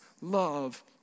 love